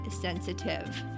sensitive